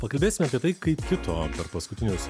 pakalbėsime apie tai kaip kito per paskutinius